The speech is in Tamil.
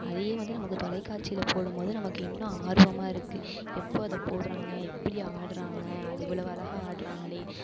அதையே வந்து நமக்கு தொலைக்காட்சியில போடும்போது நமக்கு இன்னும் ஆர்வமாகருக்கு எப்போ அதை போடுறாங்க எப்படி ஆடுறாங்க இவ்வளோ அழகாக ஆடுறாங்களே